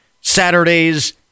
Saturdays